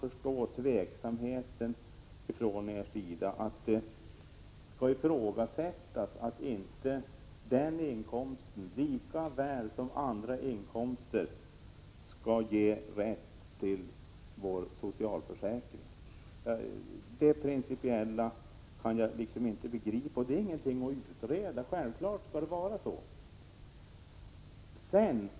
Jag kan inte förstå att ni ifrågasätter att den inkomsten lika väl som andra inkomster skall vara socialförsäkringsgrundande. Den frågan finns det ingen anledning att utreda.